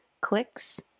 clicks